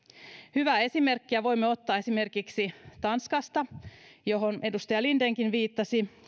hyvää esimerkkiä voimme ottaa esimerkiksi tanskasta edustaja lindenkin viittasi